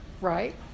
right